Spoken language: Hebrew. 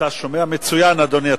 אתה שומע מצוין, אדוני.